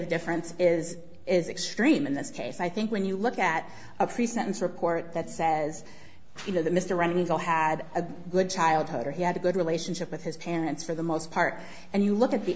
qualitative difference is is extreme in this case i think when you look at a pre sentence report that says you know that mr rendell had a good childhood or he had a good relationship with his parents for the most part and you look at the